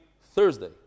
Thursday